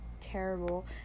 terrible